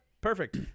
perfect